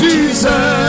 Jesus